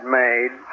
made